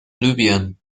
libyen